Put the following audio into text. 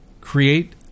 create